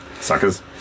Suckers